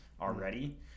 already